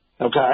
Okay